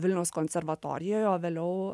vilniaus konservatorijoj o vėliau